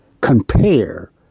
compare